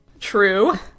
true